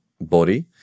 body